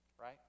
Right